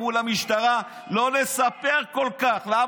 אמרו למשטרה לא לספר כל כך, זה שקר.